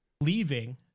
leaving